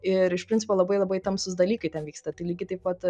ir iš principo labai labai tamsūs dalykai ten vyksta tai lygiai taip pat